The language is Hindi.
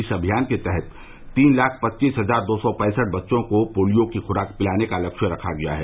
इस अभियान के तहत तीन लाख पच्चीस हजार दो सौ पैसठ बच्चों को पोलियो की खुराक पिलाने का लक्ष्य रखा गया है